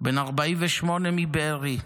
בן 48 מבארי,